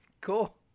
Cool